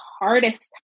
hardest